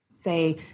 say